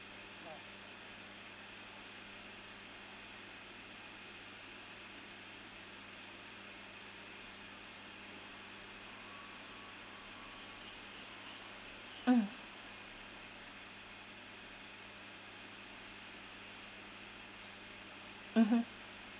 mm mmhmm